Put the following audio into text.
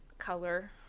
color